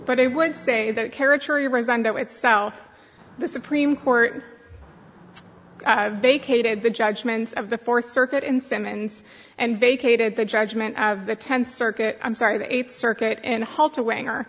but they would say that character you resigned the itself the supreme court vacated the judgments of the fourth circuit in simmons and vacated the judgment of the tenth circuit i'm sorry the eighth circuit and halt a winger